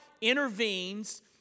intervenes